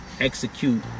execute